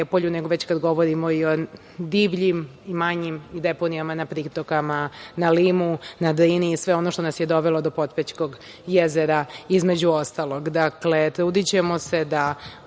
Prijepolju, već kada govorimo i o divljim i manjim deponijama na pritokama, na Limu, na Drini i sve ono što nas je dovelo do Potpećkog jezera, između ostalog. Dakle, trudićemo se da